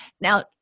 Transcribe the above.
Now